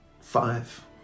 five